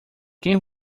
quem